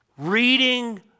Reading